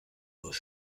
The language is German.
aus